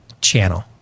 Channel